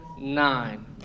nine